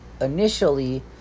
initially